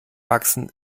wachsen